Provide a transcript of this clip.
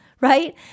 right